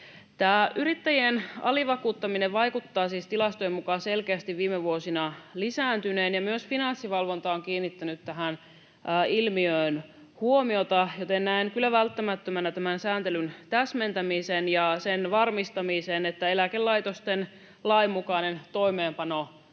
Yrittäjien alivakuuttaminen vaikuttaa siis tilastojen mukaan selkeästi viime vuosina lisääntyneen, ja myös Finanssivalvonta on kiinnittänyt tähän ilmiöön huomiota, joten näen kyllä välttämättömänä tämän sääntelyn täsmentämisen ja sen varmistamisen, että eläkelain mukainen toimeenpano